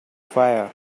fire